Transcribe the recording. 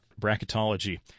bracketology